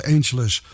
Angeles